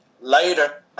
Later